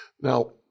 Now